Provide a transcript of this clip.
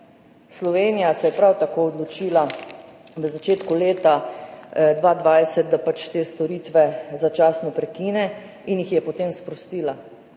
Slovenija se je prav tako odločila v začetku leta 2020, da te storitve začasno prekine, in jih je potem sprostila.